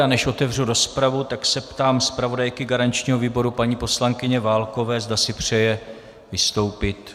A než otevřu rozpravu, tak se ptám zpravodajky garančního výboru paní poslankyně Válkové, zda si přeje vystoupit.